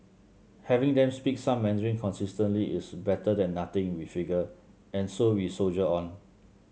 having them speak some Mandarin consistently is better than nothing we figure and so we soldier on